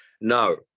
No